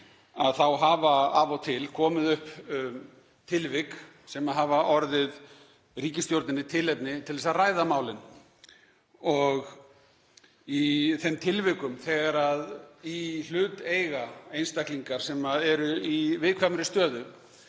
þá hafa af og til komið upp tilvik sem hafa orðið ríkisstjórninni tilefni til þess að ræða málin. Í þeim tilvikum þegar í hlut eiga einstaklingar sem eru í viðkvæmri stöðu